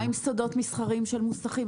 מה עם סודות מסחריים של מוסכים,